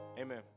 Amen